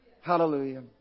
Hallelujah